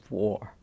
war